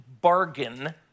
bargain